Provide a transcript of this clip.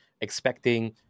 expecting